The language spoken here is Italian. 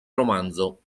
romanzo